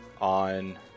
on